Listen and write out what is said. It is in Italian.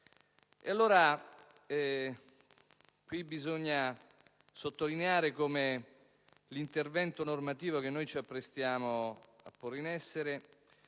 allora sottolineare come l'intervento normativo che ci apprestiamo a porre in essere